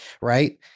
right